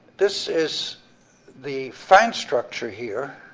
this is the fine structure here,